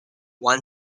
one